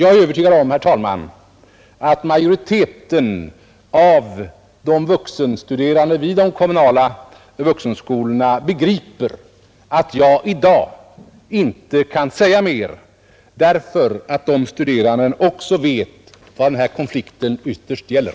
Jag är övertygad om, herr talman, att majoriteten av de vuxenstuderande vid de kommunala vuxenskolorna begriper att jag i dag inte kan säga mer, eftersom de studerande också vet vad den här konflikten ytterst gäller.